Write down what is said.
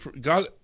God